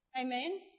Amen